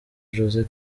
jose